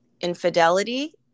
infidelity